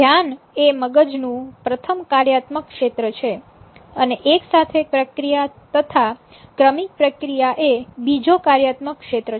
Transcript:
ધ્યાન એ મગજનું પ્રથમ કાર્યાત્મક ક્ષેત્ર છે અને એક સાથે પ્રક્રિયા તથા ક્રમિક પ્રક્રિયા એ બીજો કાર્યાત્મક ક્ષેત્ર છે